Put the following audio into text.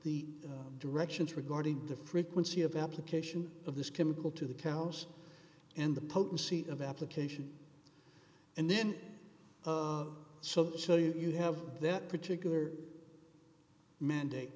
the directions regarding the frequency of application of this chemical to the cows and the potency of application and then so so you have that particular mandate